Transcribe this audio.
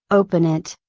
open it,